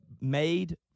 made